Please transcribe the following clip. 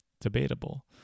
debatable